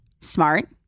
smart